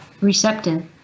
receptive